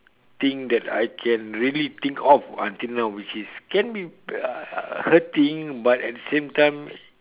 thing that I can really think of until which is can be uh hurting but at the same time